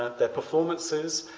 their performances,